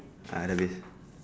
uh dah habis